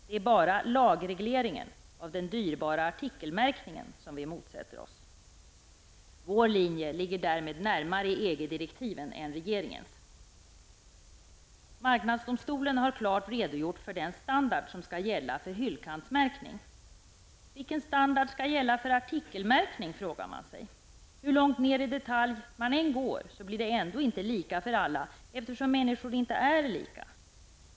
Det är bara lagregleringen av den dyrbara artikelmärkningen som vi motsätter oss. Vår linje ligger därmed närmare EG-direktiven än regeringens. Marknadsdomstolen har klart redogjort för den standard som skall gälla för hyllkantsmärkning. Man kan fråga sig vilken standard som skall gälla för artikelmärkning. Hur långt ner i detalj man än går blir det ändå inte lika för alla, eftersom människor inte är lika.